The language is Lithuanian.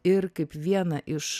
ir kaip vieną iš